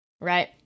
Right